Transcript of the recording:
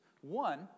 One